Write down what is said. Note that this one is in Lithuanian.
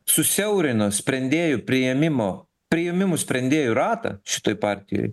susiaurino sprendėjų priėmimo priėmimų sprendėjų ratą šitoj partijoj